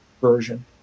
version